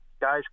guys